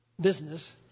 business